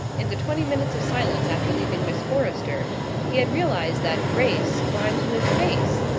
in the twenty minutes of silence after leaving miss forrester he had realized that grace rhymes with face,